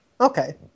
Okay